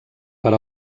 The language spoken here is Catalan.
per